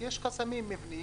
יש חסמים מבניים,